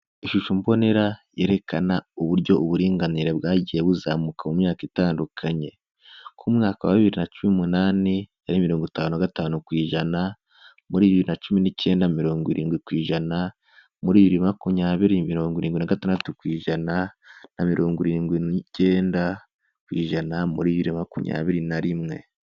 Ishusho mbonera yerekana uburyo uburinganire bwagiye buzamuka mu myaka itandukanye. Ku mwaka wa bibiri na cumi n'umunani yari mirongo itanu na gatanu ku ijana, muri bibiri na cumi n'icyenda mirongo irindwi ku ijana, muri bibiri na makumyabiri mirongo irindwi na gatandatu kw'ijana na mirongo irindwi n'icyenda ku ijana muri bibiri na makumyabiri na rimwe.